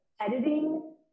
editing